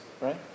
right